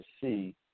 see